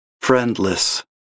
Friendless